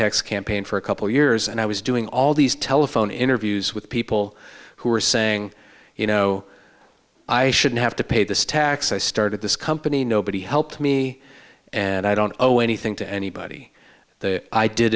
tax campaign for a couple years and i was doing all these telephone interviews with people who were saying you know i shouldn't have to pay this tax i started this company nobody helped me and i don't owe anything to anybody the i did